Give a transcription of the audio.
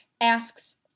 asks